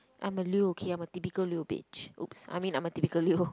I'm a Leo okay I'm a typically Leo bitch !oops! I mean I'm a typical Leo